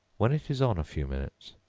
when it is on a few minutes,